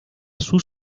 sus